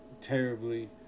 terribly